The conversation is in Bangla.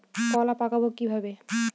কলা পাকাবো কিভাবে?